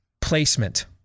placement